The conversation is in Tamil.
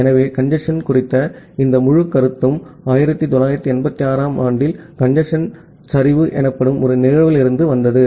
ஆகவே கஞ்சேஸ்ன் குறித்த இந்த முழு கருத்தும் 1986 ஆம் ஆண்டில் கஞ்சேஸ்ன் சரிவு எனப்படும் ஒரு நிகழ்விலிருந்து வந்தது